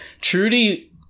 Trudy